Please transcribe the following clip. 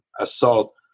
assault